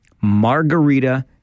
Margarita